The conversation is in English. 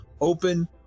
Open